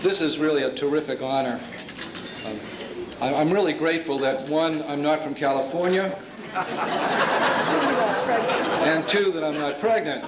this is really a terrific honor i'm really grateful that one i'm not from california and two that i'm pregnant